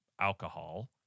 alcohol